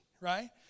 right